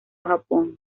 japón